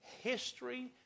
History